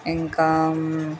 ఇంకా